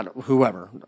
whoever